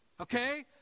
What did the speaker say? Okay